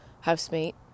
housemate